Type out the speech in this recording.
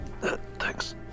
Thanks